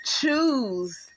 Choose